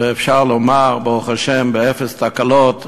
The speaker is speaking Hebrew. ואפשר לומר, ברוך השם, באפס תקלות.